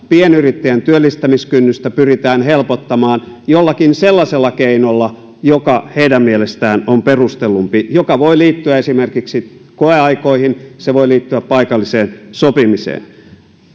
pienyrittäjän työllistämiskynnystä pyritään helpottamaan jollakin sellaisella keinolla joka heidän mielestään on perustellumpi joka voi liittyä esimerkiksi koeaikoihin tai voi liittyä paikalliseen sopimiseen